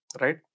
right